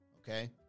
okay